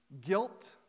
guilt